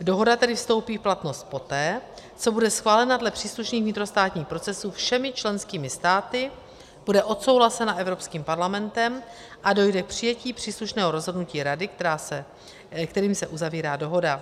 Dohoda tedy vystoupí v platnost poté, co bude schválena dle příslušných vnitrostátních procesů všemi členskými státy, bude odsouhlasena Evropským parlamentem a dojde k přijetí příslušného rozhodnutí Rady, kterým se uzavírá dohoda.